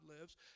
lives